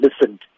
listened